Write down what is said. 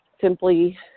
simply